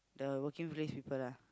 the working place people lah